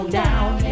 down